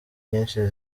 nyinshi